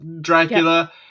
Dracula